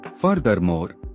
Furthermore